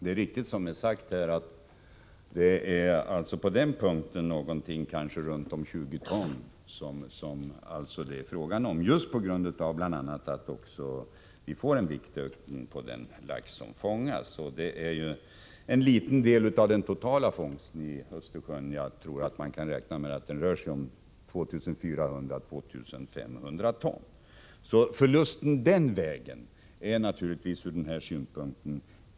Det är riktigt att det, som det är sagt här, på denna punkt är fråga om runt 20 ton, bl.a. just på grund av att vi får en viktökning på den lax som fångas. Det är en liten del av den totala fångsten i Östersjön — jag tror att man kan räkna med att den är 2 400-2 500 ton —så förlusten den vägen blir naturligtvis inte så stor.